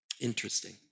interesting